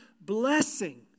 blessing